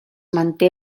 manté